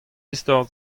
istor